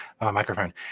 microphone